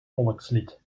volkslied